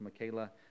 Michaela